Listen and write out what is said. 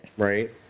Right